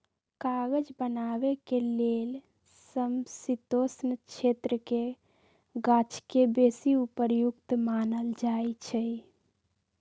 कागज बनाबे के लेल समशीतोष्ण क्षेत्रके गाछके बेशी उपयुक्त मानल जाइ छइ